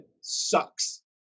sucks